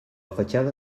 fatxada